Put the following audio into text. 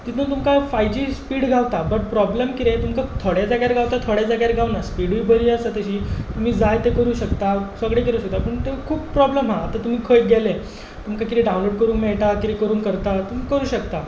तितून तुमकां five G speed गावता बट प्रोबलम कितें तुमकां थोडें जाग्यार गावता थोड्या जाग्यार गावना स्पीडूय बरी आसा तेजी तुमी जाय तें करूंक शकतात सगळें करूंक शकतात पूण तें खूब प्रोबलम आसा आतां तुमी खंय गेले तुमकां कितें डावनलोड करूंक मेळटा तुमी करूंक शकतात